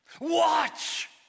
watch